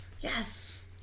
Yes